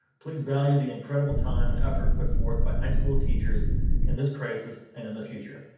please value the incredible time and effort put forth by high school teachers in this crisis and in the future.